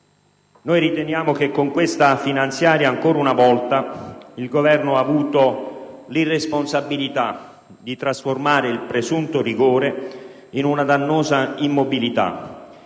questo, con questa finanziaria, ancora una volta, il Governo ha avuto l'irresponsabilità di trasformare il presunto rigore in una dannosa immobilità